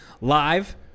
live